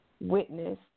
witness